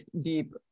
Deep